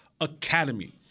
academy